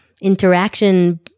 interaction